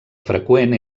freqüent